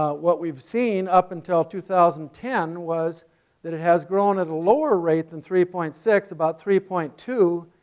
what we've seen up until two thousand and ten was that it has grown at a lower rate than three point six, about three point two,